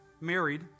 married